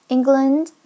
England